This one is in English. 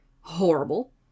horrible